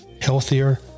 healthier